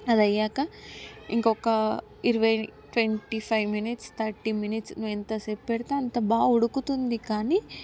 అదయ్యాక ఇంకొక్క ఇరవై twenty five minutes thirty minutes నువ్వెంతసేపు పెడితే అంత బాగా ఉడుకుతుంది కానీ